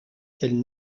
quelle